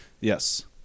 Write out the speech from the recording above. yes